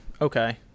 okay